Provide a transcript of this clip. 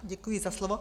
Děkuji za slovo.